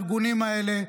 הארגונים האלה,